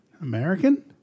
American